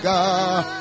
God